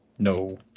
No